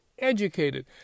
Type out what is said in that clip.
educated